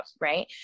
Right